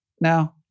now